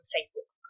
Facebook